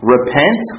Repent